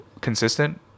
consistent